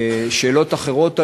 שאלות אחרות עלו.